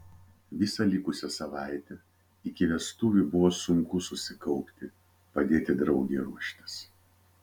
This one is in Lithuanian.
visą likusią savaitę iki vestuvių buvo sunku susikaupti padėti draugei ruoštis